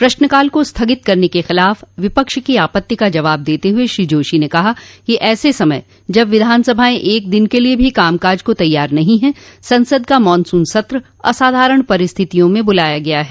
प्रश्नकाल को स्थगित करने के खिलाफ विपक्ष की आपत्ति का जवाब देते हुए श्री जोशी ने कहा कि ऐसे समय जब विधानसभाएं एक दिन के लिए भी कामकाज को तैयार नहीं हैं संसद का मॉनसून सत्र असाधारण परिस्थिति में बुलाया गया है